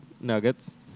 Nuggets